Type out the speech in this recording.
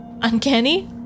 Uncanny